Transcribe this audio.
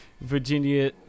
Virginia